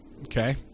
Okay